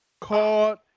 Called